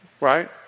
right